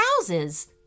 houses